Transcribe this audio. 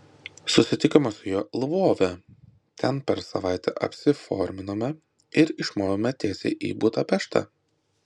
susitikome su juo lvove ten per savaitę apsiforminome ir išmovėme tiesiai į budapeštą